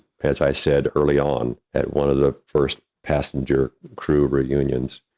as i said early on at one of the first passenger crew reunions,